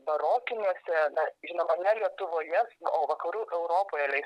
barokiniuose dar žinoma ne lietuvojes o vakarų europoje leis